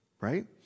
right